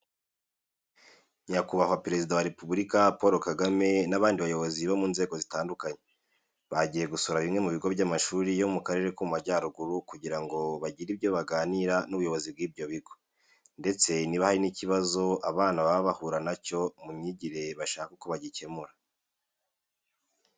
Nyakubahwa Perezida wa Repubulika Paul Kagame n'abandi bayobozi bo mu nzego zitandukanye, bagiye gusura bimwe mu bigo by'amashuri yo mu karere ko mu Majyaruguru kugira ngo bagire ibyo baganira n'ubuyobozi bw'ibyo bigo, ndetse niba hari n'ikibazo abana baba bahura na cyo mu myigire bashake uko bagikemura.